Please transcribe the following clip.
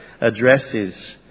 addresses